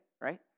right